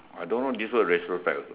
I don't know this word retrospect also